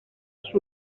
σου